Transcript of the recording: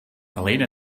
elena